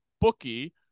bookie